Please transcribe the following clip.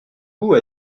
goût